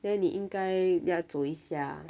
then 你应该要走一下